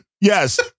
yes